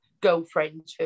girlfriend